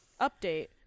Update